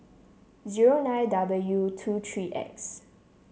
zero nine W two three X